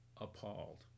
appalled